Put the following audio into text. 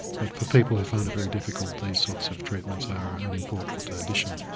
but for people who find it very difficult, these sorts of treatments are an important addition.